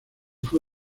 fue